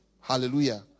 Hallelujah